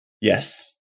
Yes